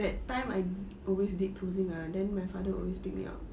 that time I always did closing ah then my father always pick me up